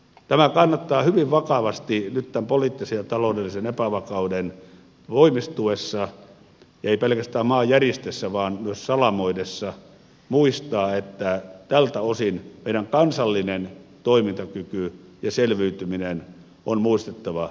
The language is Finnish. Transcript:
tämä kannattaa hyvin vakavasti nyt tämän poliittisen ja taloudellisen epävakauden voimistuessa ei pelkästään maan järistessä vaan myös salamoidessa muistaa että tältä osin meidän kansallinen toimintakykymme ja selviytymisemme on muistettava